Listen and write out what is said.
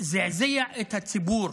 זעזע את הציבור